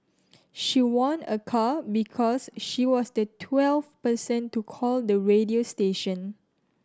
she won a car because she was the twelfth person to call the radio station